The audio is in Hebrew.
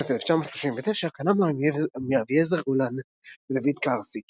בשנת 1939 קנה מאביעזר גולן ודוד קרסיק